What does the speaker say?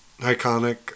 iconic